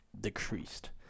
decreased